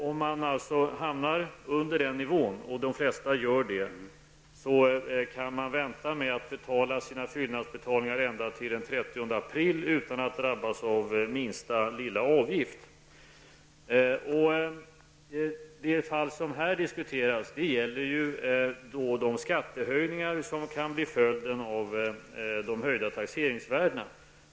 Om man alltså hamnar under den nivån -- och de flesta gör det -- kan man vänta med att göra sina fyllnadsinbetalningar ända till den 30 april utan att drabbas av minsta lilla avgift. De fall som här diskuteras gäller de skattehöjningar som kan bli följden av de höjda taxeringsvärdena.